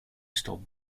stop